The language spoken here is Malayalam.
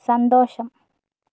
സന്തോഷം